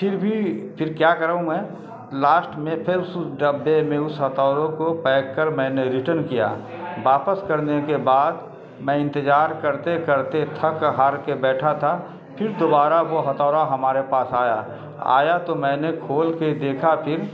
پھر بھی پھر کیا کراؤں میں لاسٹ میں پھر اس ڈبے میں اس ہتوروں کو پیک کر میں نے ریٹرن کیا واپس کرنے کے بعد میں انتظار کرتے کرتے تھک ہار کے بیٹھا تھا پھر دوبارہ وہ ہتھوڑا ہمارے پاس آیا آیا تو میں نے کھول کے دیکھا پھر